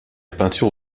peinture